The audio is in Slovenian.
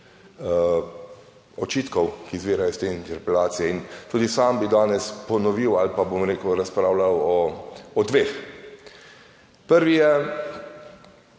očitkov, ki izvirajo iz te interpelacije, in tudi sam bi danes ponovil ali pa, bom rekel, razpravljal o dveh. Prvi je